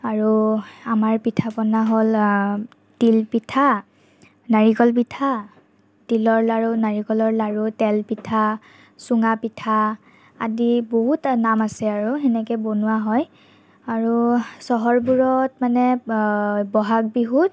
আৰু আমাৰ পিঠা পনা হ'ল তিল পিঠা নাৰিকল পিঠা তিলৰ লাড়ু নাৰিকলৰ লাড়ু তেলৰ পিঠা চুঙা পিঠা আদি বহুত নাম আছে আৰু সেনেকৈ বনোৱা হয় আৰু চহৰবোৰত মানে বহাগ বিহুত